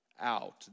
out